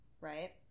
right